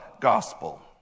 gospel